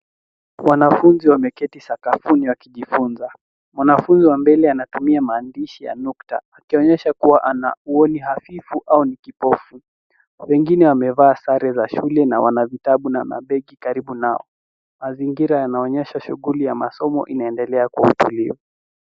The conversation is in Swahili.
Wanafunzi wameketi sakafuni wakijifunza. Mwanafunzi wa mbele ana anatumia maandishi ya nukta akionyesha kuwa ana uoni hafifu au ni kipofu. Wengine wamevaa sare ya shule na wana vitabu na mabegi karibu nao. Mazingira yanaonyesha shughuli ya masomo inaendelea kwa utulivu.